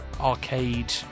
arcade